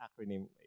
acronym